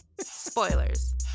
Spoilers